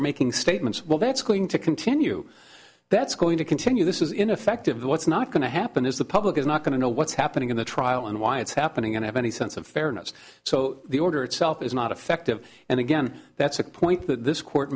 are making statements well that's going to continue that's going to continue this is ineffective what's not going to happen is the public is not going to know what's happening in the trial and why it's happening and have any sense of fairness so the order itself is not effective and again that's a point that this court